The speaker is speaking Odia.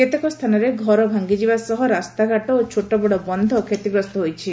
କେତେକ ସ୍ଥାନରେ ଘର ଭାଙ୍ଗିଯିବା ସହ ରାସ୍ତାଘାଟ ଓ ଛୋଟବଡ଼ ବନ୍ଧ ଷତିଗ୍ରସ୍ତ ହୋଇଛି